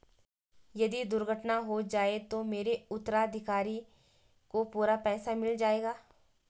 यदि दुर्घटना हो जाये तो मेरे उत्तराधिकारी को पूरा पैसा मिल जाएगा?